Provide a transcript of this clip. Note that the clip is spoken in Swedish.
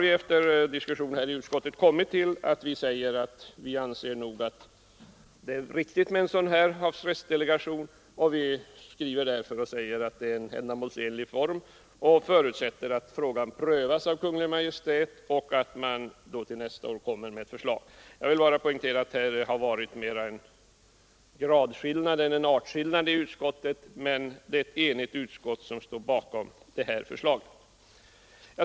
Men efter diskussion i utskottet har vi kommit fram till den ståndpunkten att vi anser att det är riktigt att tillsätta en havsresursdelegation. Vi skriver därför att vi anser att det är en ändamålsenlig form och förutsätter att frågan prövas av Kungl. Maj:t samt att förslag läggs fram till nästa år. Jag vill bara poängtera att det varit mer en gradskillnad än en artskillnad i uppfattningarna inom utskottet, men det är ett enigt utskott som står bakom förslaget.